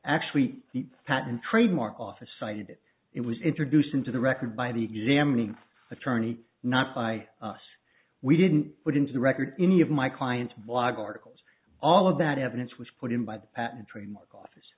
actually the patent trademark office cited it was introduced into the record by the examining attorney not by us we didn't put into the record any of my clients blog articles all of that evidence was put in by the